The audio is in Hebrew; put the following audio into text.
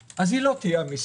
אז היא לא תהיה המיסיון,